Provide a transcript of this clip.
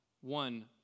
one